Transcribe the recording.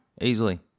easily